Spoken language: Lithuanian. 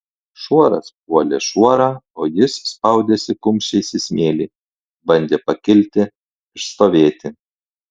šuoras puolė šuorą o jis spaudėsi kumščiais į smėlį bandė pakilti išstovėti